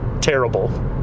terrible